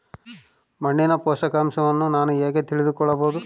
ಮಣ್ಣಿನ ಪೋಷಕಾಂಶವನ್ನು ನಾನು ಹೇಗೆ ತಿಳಿದುಕೊಳ್ಳಬಹುದು?